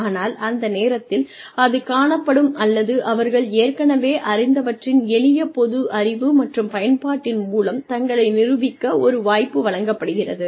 ஆனால் அந்த நேரத்தில் அது காணப்படும் அல்லது அவர்கள் ஏற்கனவே அறிந்தவற்றின் எளிய பொது அறிவு மற்றும் பயன்பாட்டின் மூலம் தங்களை நிரூபிக்க ஒரு வாய்ப்பு வழங்கப்படுகிறது